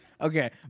Okay